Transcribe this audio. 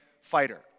fighter